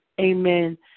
amen